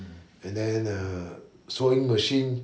and then uh sewing machine